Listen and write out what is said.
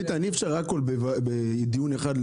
ביטן, אי-אפשר ללמוד הכול בדיון אחד.